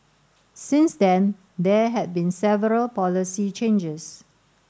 since then there had been several policy changes